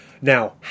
Now